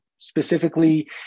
Specifically